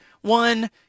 one